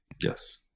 Yes